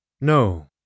No